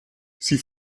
sie